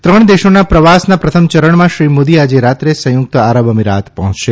ત્રણ દેશોના પ્રવાસના પ્રથમ ચરણમાં શ્રી મોદી આજે રાત્રે સંયુક્ત આરબ અમીરાત પહોંયશે